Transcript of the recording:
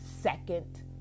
second